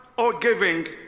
o giving,